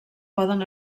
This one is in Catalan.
poden